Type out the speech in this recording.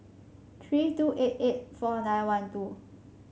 three two eight eight four nine one two